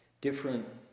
different